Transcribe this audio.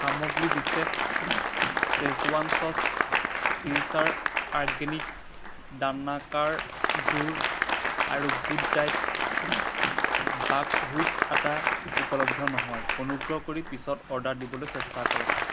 সামগ্ৰী বিচেফ schezwan sauce future organics দানাকাৰ গুড় আৰু গুড ডায়েট বাকহুইট আটা উপলব্ধ নহয় অনুগ্ৰহ কৰি পিছত অৰ্ডাৰ দিবলৈ চেষ্টা কৰক